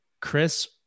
Chris